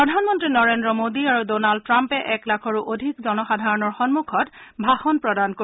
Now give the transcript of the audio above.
প্ৰধানমন্ত্ৰী নৰেন্দ্ৰ মোদী আৰু ডনাল্ড ট্ৰাম্পে এক লাখৰো অধিক জনসাধাৰণৰ সন্মুখত ভাষণ প্ৰদান কৰিব